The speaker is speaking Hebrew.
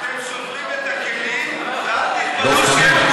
אתם שוברים את הכלים, ואל תתפלאו,